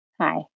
Hi